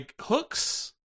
Hooks